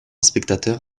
spectateur